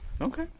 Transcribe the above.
okay